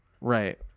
Right